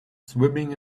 swimming